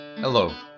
Hello